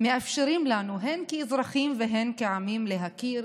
מאפשרים לנו הן כאזרחים והן כעמים להכיר,